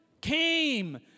came